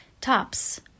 Tops